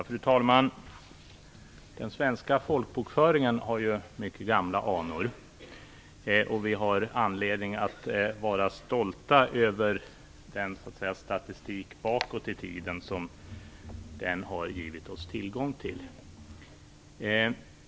Fru talman! Den svenska folkbokföringen har mycket gamla anor, och vi har anledning att vara stolta över den statistik bakåt i tiden som den har givit oss tillgång till.